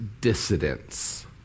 dissidents